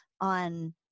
on-